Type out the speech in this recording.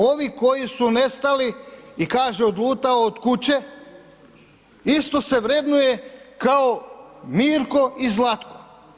Ovi koji su nestali i kaže odlutao od kuće, isto se vrednuje kao Mirko i Zlatko.